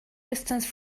distance